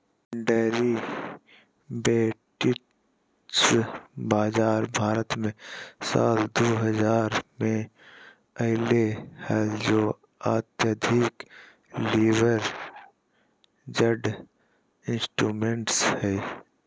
derivatives बाजार भारत मे साल दु हजार मे अइले हल जे अत्यधिक लीवरेज्ड इंस्ट्रूमेंट्स हइ